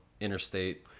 Interstate